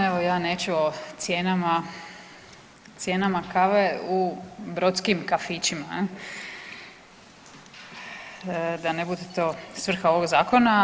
Evo ja neću o cijenama kave u brodskim kafićima, da ne bude to svrha ovog zakona.